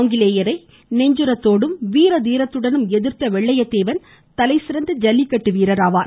ஆங்கிலேயரை நெஞ்சுரத்தோடும் வீர தீரத்துடனும் எதிர்த்த வெள்ளையத் தேவன் தலைசிறந்த ஜல்லிக்கட்டு வீரராவார்